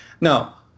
Now